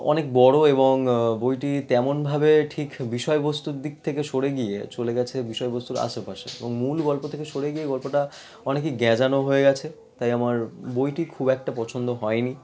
অনেক বড় এবং বইটি তেমনভাবে ঠিক বিষয়বস্তুর দিক থেকে সরে গিয়ে চলে গিয়েছে বিষয়বস্তুর আশেপাশে এবং মূল গল্প থেকে সরে গিয়ে গল্পটা অনেকই গ্যাজানো হয়ে গিয়েছে তাই আমার বইটি খুব একটা পছন্দ হয়নি